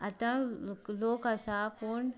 आतां लोक आसा पूण